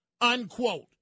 unquote